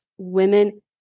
Women